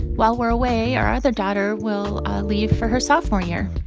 while we're away, our other daughter will leave for her sophomore year.